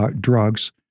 drugs